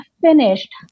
finished